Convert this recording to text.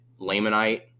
Lamanite